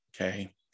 okay